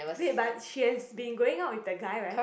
wait but she has been going out with the guy right